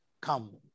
come